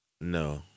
No